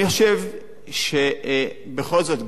אני חושב שבכל זאת,